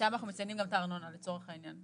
שם אנחנו מציינים גם את הארנונה, לצורך העניין.